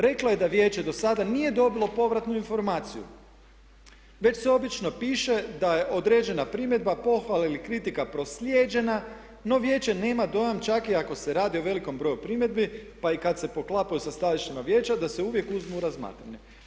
Reklo je da vijeće do sada nije dobilo povratnu informaciju već se obično piše da je određena primjedba, pohvala ili kritika proslijeđena no vijeće nema dojam čak i ako se radi o velikom broju primjedbi pa i kada se poklapaju sa stajalištima vijeća da se uvijek uzmu u razmatranje.